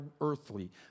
earthly